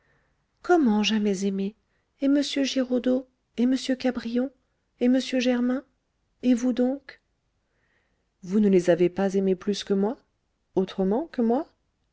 comment jamais aimé et m giraudeau et m cabrion et m germain et vous donc vous ne les avez pas aimés plus que moi autrement que moi